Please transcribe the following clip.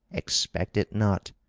expect it not.